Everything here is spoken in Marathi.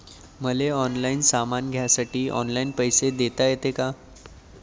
मले ऑनलाईन सामान घ्यासाठी ऑनलाईन पैसे देता येईन का?